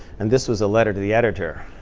and this was a letter to the editor.